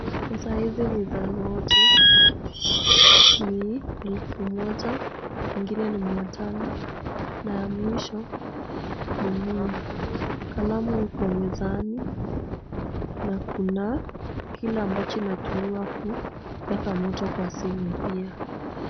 Pesa hizi ni za noti, ni elfu moja nyingine ni mia tano na ya mwisho ni mia. Kalamu iko mezani, na kuna kile ambacho inatumiwa kuweka moto kwa simu pia.